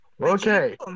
Okay